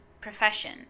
profession